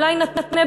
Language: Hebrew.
אולי נתנה,